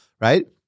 right